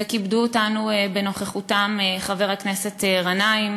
כיבדו אותנו בנוכחותם חבר הכנסת גנאים